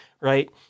right